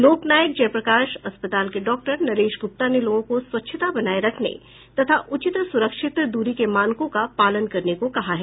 लोकनायक जयप्रकाश अस्पताल के डॉक्टर नरेश गुप्ता ने लोगों को स्वच्छता बनाए रखने तथा उचित सुरक्षित दूरी के मानकों का पालन करने को कहा है